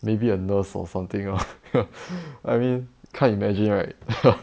maybe a nurse or something lor I mean can't imagine right